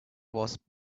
was